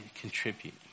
contribute